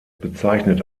bezeichnet